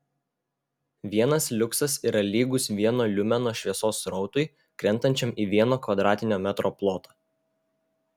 vienas liuksas yra lygus vieno liumeno šviesos srautui krentančiam į vieno kvadratinio metro plotą